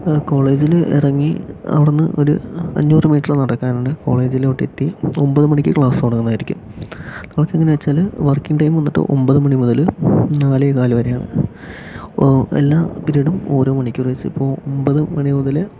ആ കോളേജിൽ ഇറങ്ങി അവടെ നിന്ന് ഒരു അഞ്ഞൂറ് മീറ്റർ നടക്കാനുണ്ട് കോളേജിലോട്ടെത്തി ഒമ്പതുമണിക്ക് ക്ലാസ്സ് തുടങ്ങുന്നതായിരിക്കും ക്ലാസ്സ് എങ്ങനെയാണെന്ന് വെച്ചാൽ വർക്കിങ്ങ് ടൈം വന്നിട്ട് ഒമ്പതുമണി മുതൽ നാലേകാല് വരെയാണ് എല്ലാ പിരീഡും ഓരോ മണിക്കൂർ വെച്ച് ഇപ്പോൾ ഒമ്പതുമണി മുതൽ